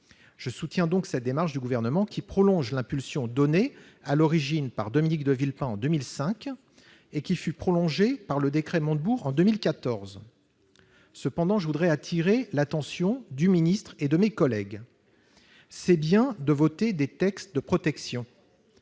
Je soutiens donc cette démarche du Gouvernement prolongeant l'impulsion donnée à l'origine par Dominique de Villepin en 2005 et approfondie par le décret Montebourg en 2014. Cependant, je voudrais attirer l'attention du Gouvernement et de mes collègues. C'est bien de voter des textes de protection,